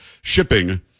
Shipping